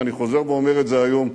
ואני חוזר ואומר את זה גם היום: